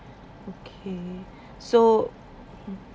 okay so mm